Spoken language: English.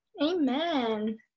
Amen